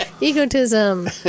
Egotism